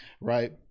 right